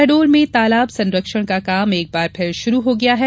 शहडोल में तालाब संरक्षण का काम एक बार फिर शुरू हो गया है